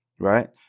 Right